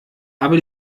aber